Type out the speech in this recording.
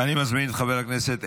אתה מחבל, אתה,